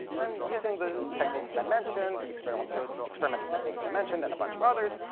and using the techniques that i mentioned the experimental experimental techniques that i mentioned and a bunch of others,